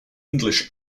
english